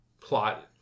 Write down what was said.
plot